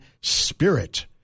Spirit